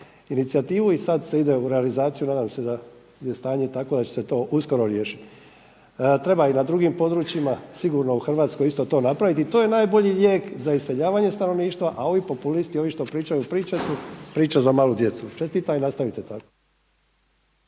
inicijativu i sada se ide u realizaciju. Nadam se da je stanje takvo da će se to uskoro riješiti. Treba i na drugim područjima sigurno u Hrvatskoj isto to napraviti i to je najbolji lijek za iseljavanje stanovništva, a ovi populisti ovi što pričaju priče su priča za malu djecu. Čestitam i nastavite tako.